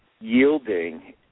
yielding